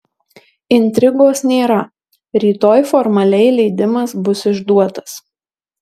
intrigos nėra rytoj formaliai leidimas bus išduotas